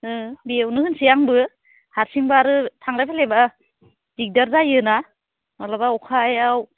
बेयावनो होनोसै आंबो हारसिंब्ला आरो थांलाय फैलायब्ला दिगदार जायो ना माब्लाबा अखायाव